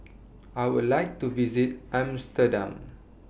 I Would like to visit Amsterdam